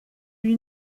you